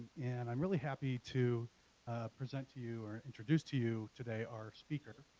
and i'm really happy to present to you or introduce to you today our speaker.